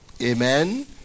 Amen